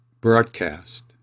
broadcast